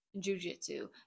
jujitsu